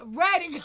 ready